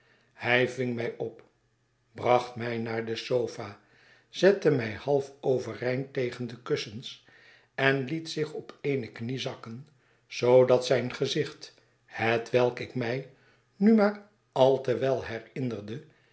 hij ving mij op bracht mij naar de sofa zette my half overeind tegen de kussens en liet zich op eene knie zakken zoodat zijn gezicht hetwelk ik mij nu maar al te wel herinnerde